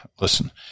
listen